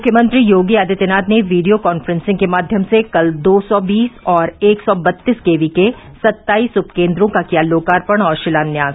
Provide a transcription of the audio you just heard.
मुख्यमंत्री योगी आदित्यनाथ ने video conferencing के माध्यम से कल दो सौ बीस और एक सौ बत्तीस केवी के सत्ताइस उपकेन्द्रों का किया लोकार्पण और शिलान्यास